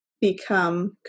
become